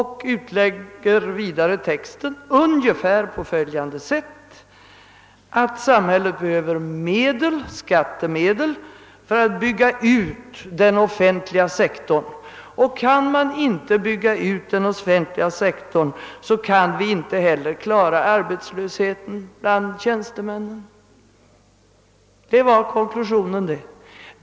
Han utlade vidare texten ungefär på följande sätt: Samhället behöver skattemedel för att bygga ut den offentliga sektorn, och kan man inte bygga ut den offentliga sektorn, kan vi inte heller klara arbetslösheten bland tjänstemännen. Det var konklusionen.